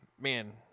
Man